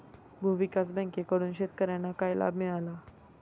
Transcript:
भूविकास बँकेकडून शेतकर्यांना काय लाभ मिळाला?